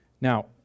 Now